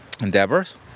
Endeavors